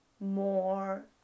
more